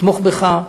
נתמוך בך,